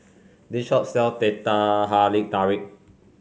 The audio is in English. this shop sells Teh Halia Tarik